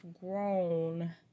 grown